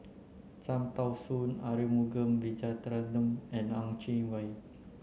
Cham Tao Soon Arumugam Vijiaratnam and Ang Chwee Chai